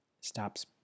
stops